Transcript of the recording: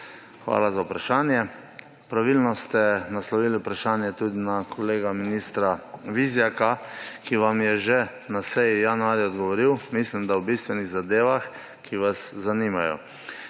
Hvala za vprašanje. Pravilno ste naslovili vprašanje tudi na kolega ministra Vizjaka, ki vam je že na seji januarja odgovoril, mislim, da o bistvenih zadevah, ki vas zanimajo.